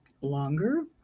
longer